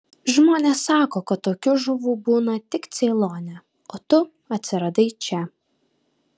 žmonės sako kad tokių žuvų būna tik ceilone o tu atsiradai čia